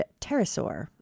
pterosaur